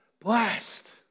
blessed